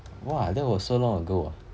!wah! that was so long ago